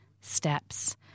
steps